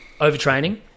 overtraining